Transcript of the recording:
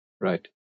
Right